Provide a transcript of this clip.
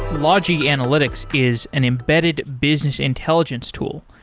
logi analytics is an embedded business intelligence tool.